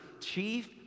chief